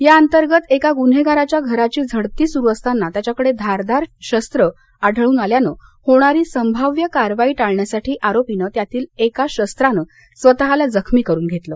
याअंतर्गत एका गुन्हेगाराच्या घराची झडती सुरू असताना त्याच्याकडे धारदार शस्त्र आढळून आल्यानं होणारी संभाव्य कारवाई टाळण्यासाठी आरोपीनं त्यातील एका शस्त्रानं स्वतः ला जख्मी करुन घेतलं